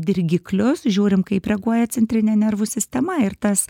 dirgiklius žiūrim kaip reaguoja centrinė nervų sistema ir tas